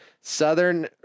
southern